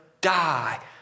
die